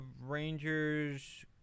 Rangers